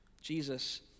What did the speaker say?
Jesus